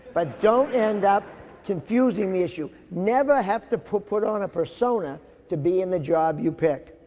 but don't end up confusing the issue. never have to put, put on a persona to be in the job you pick.